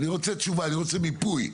אני רוצה תשובה, אני רוצה מיפוי.